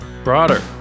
Broader